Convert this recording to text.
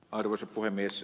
arvoisa puhemies